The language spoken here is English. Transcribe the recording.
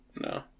No